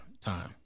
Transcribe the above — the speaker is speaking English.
time